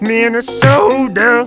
Minnesota